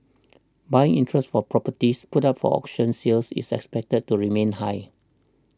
buying interest for properties put up for auction sale is expected to remain high